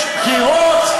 יש בחירות,